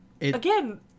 Again